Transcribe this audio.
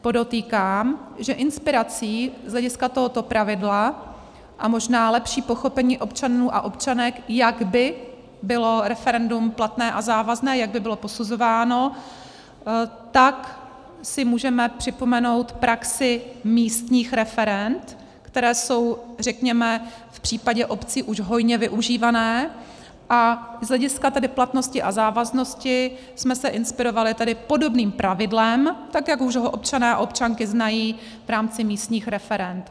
Podotýkám, že inspirací z hlediska tohoto pravidla a možná lepší pochopení občanů a občanek, jak by bylo referendum platné a závazné, jak by bylo posuzováno, tak si můžeme připomenout praxi místních referend, která jsou, řekněme, v případě obcí už hojně využívána, a z hlediska tedy platnosti a závaznosti jsme se inspirovali tedy podobným pravidlem, tak jak už ho občané a občanky znají v rámci místních referend.